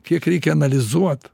kiek reikia analizuot